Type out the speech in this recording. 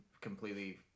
completely